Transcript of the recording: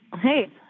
hey